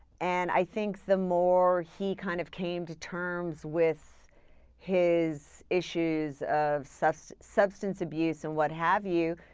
and i think the more he kind of came to terms with his issues of substance substance abuse and what have you,